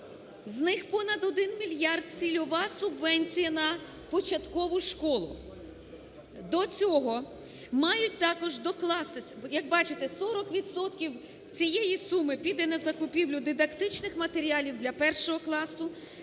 З них понад 1 мільярд – цільова субвенція на початкову школу. До цього мають також докластися, як бачите, 40 відсотків цієї суми піде на закупівлю дидактичних матеріалів для 1-го класу;